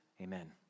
Amen